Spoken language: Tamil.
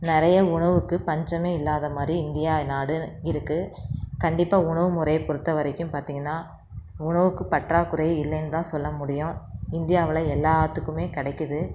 நிறைய உணவுக்கு பஞ்சமே இல்லாத மாதிரி இந்தியா நாடு இருக்குது கண்டிப்பாக உணவு முறையை பொருத்த வரைக்கும் பார்த்தீங்கன்னா உணவுக்கு பற்றாக்குறையே இல்லேன்னு தான் சொல்ல முடியும் இந்தியாவில் எல்லாத்துக்குமே கிடைக்கிது